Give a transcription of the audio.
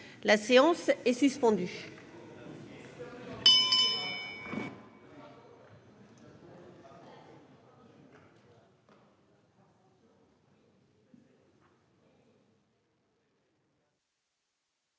La séance est suspendue.